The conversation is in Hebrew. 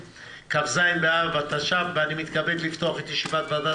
כ"ז באב התש"ף ,17 באוגוסט 2020. אני מתכבד לפתוח את ישיבת הוועדה